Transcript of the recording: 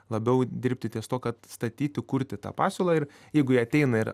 labiau dirbti ties tuo kad statyti kurti tą pasiūlą ir jeigu jie ateina ir